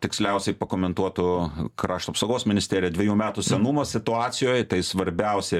tiksliausiai pakomentuotų krašto apsaugos ministerija dvejų metų senumo situacijoj tai svarbiausia